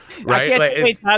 Right